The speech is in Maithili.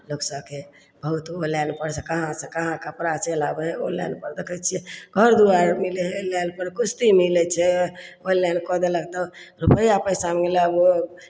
लोक सभके बहुत ऑनलाइनपर से कहाँसँ कहाँसँ कपड़ा चलि आबै हइ ऑनलाइनपर देखै छियै घर दुआरि मिलै हइ ऑनलाइनपर किश्ती मिलै छै ऑनलाइन कऽ देलक तऽ रुपैआ पैसा मिलै हइ